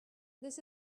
this